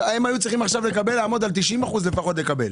הם היו צריכים עכשיו לעמוד על תשעים אחוזים לפחות ולקבל,